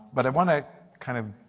but i want to kind of